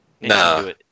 No